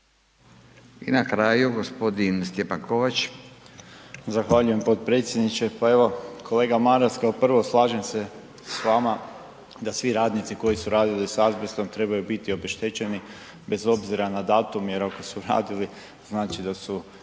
Kovač. **Kovač, Stjepan (SDP)** Zahvaljujem potpredsjedniče. Pa evo kolega Maras kao prvo slažem se s vama da svi radnici koji su radili s azbestom trebaju biti obeštećeni bez obzira na datum jer ako su radili znači da su